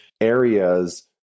areas